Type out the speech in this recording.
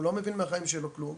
הוא לא מבין מהחיים שלו כלום,